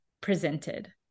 presented